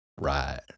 Right